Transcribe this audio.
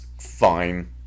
fine